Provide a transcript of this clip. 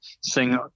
sing